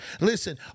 Listen